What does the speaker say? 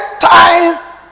time